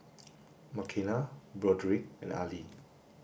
Makenna Broderick and Ali